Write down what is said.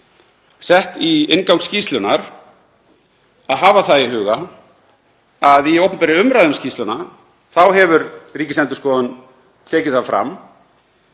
sett í inngang skýrslunnar, að hafa í huga að í opinberri umræðu um skýrsluna hefur Ríkisendurskoðun tekið fram